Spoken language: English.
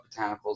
botanicals